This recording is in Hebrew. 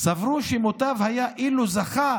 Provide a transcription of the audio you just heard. "סברו אומנם שמוטב היה אילו זכה